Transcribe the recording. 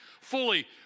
fully